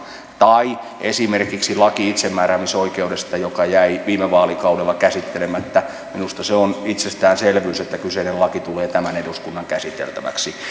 tai esimerkiksi laki itsemääräämisoikeudesta joka jäi viime vaalikaudella käsittelemättä minusta on itsestäänselvyys että kyseinen laki tulee tämän eduskunnan käsiteltäväksi